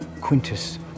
Quintus